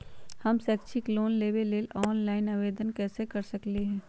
हम शैक्षिक लोन लेबे लेल ऑनलाइन आवेदन कैसे कर सकली ह?